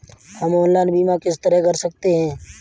हम ऑनलाइन बीमा किस तरह कर सकते हैं?